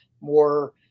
more